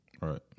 Right